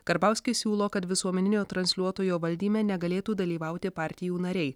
karbauskis siūlo kad visuomeninio transliuotojo valdyme negalėtų dalyvauti partijų nariai